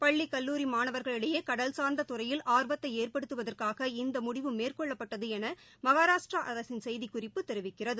பள்ளிக் கல்லூரி மாணவர்களிடையே கடல் சார்ந்த துறையில் ஆர்வத்தை ஏற்படுத்துவதற்காக இந்த முடிவு மேற்கொள்ளப்பட்டது என மகாராஷ்டிரா அரசின் செய்திக்குறிப்பு தெரிவிக்கிறது